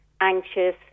anxious